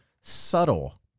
subtle